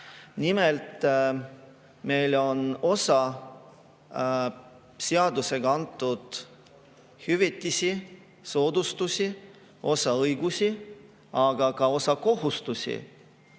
Nimelt, meil on seadustega antud hüvitisi, soodustusi, õigusi, aga ka kohustusi,